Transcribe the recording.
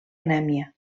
anèmia